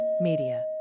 Media